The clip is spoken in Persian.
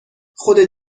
خودت